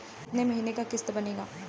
कितना महीना के किस्त बनेगा?